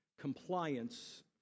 compliance